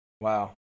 Wow